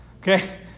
Okay